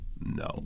no